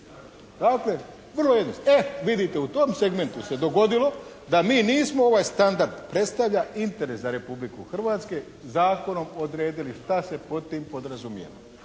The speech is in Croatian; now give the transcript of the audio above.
Dakle, vrlo jednostavno. E vidite, u tom segmentu se dogodilo da mi nismo ovaj standard "predstavlja interes za Republiku Hrvatsku" zakonom odredili šta se pod tim podrazumijeva.